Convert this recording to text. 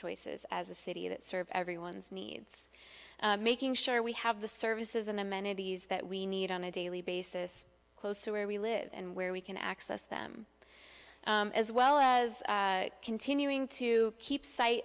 choices as a city that serve everyone's needs making sure we have the services and amenities that we need on a daily basis close to where we live and where we can access them as well as continuing to keep sight